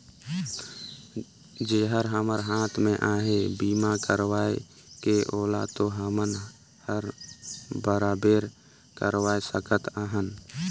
जेहर हमर हात मे अहे बीमा करवाये के ओला तो हमन हर बराबेर करवाये सकत अहन